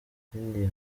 ikindi